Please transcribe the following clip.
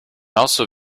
also